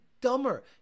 dumber